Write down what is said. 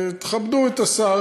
תכבדו את השר,